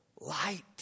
light